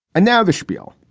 and now the spiel.